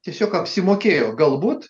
tiesiog apsimokėjo galbūt